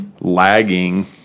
lagging